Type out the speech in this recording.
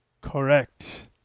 Correct